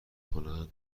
کنن